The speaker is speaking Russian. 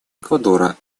эквадора